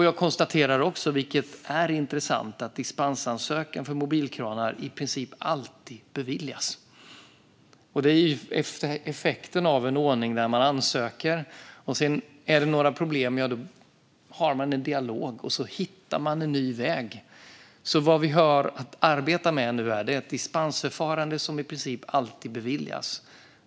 Jag konstaterar också att dispensansökningar för mobilkranar, vilket är intressant, i princip alltid beviljas. Det är effekten av en ordning där man ansöker, och är det sedan några problem har man en dialog och hittar en ny väg. Vad vi nu har att arbeta med är alltså ett dispensförfarande där en ansökan i princip alltid beviljas.